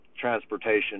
Transportation